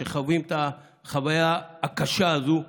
שחווים את החוויה הקשה הזאת יום-יום,